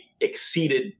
exceeded